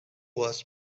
was